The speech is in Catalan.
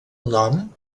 nom